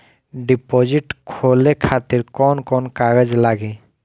Deposit खोले खातिर कौन कौन कागज लागी?